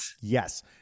yes